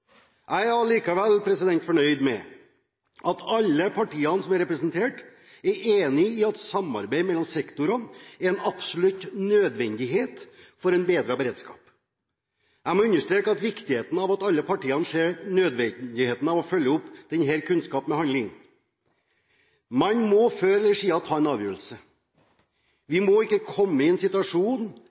Jeg er allikevel fornøyd med at alle partiene som er representert, er enige om at samarbeid mellom sektorene er en absolutt nødvendighet for en bedre beredskap. Jeg må understreke viktigheten av at alle partiene ser nødvendigheten av å følge opp denne kunnskapen med handling. Man må før eller siden ta en avgjørelse. Vi må ikke komme i, eller videreføre, en situasjon